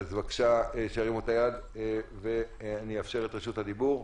בבקשה שירים את היד ואאפשר את רשות הדיבור.